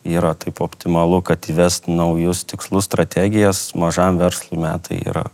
yra tai optimalu kad įvest naujus tikslus strategijas mažam verslui metai yra